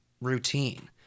routine